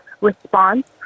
response